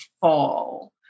fall